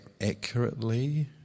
accurately